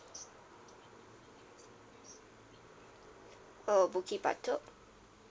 oh bukit batok